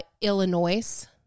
Illinois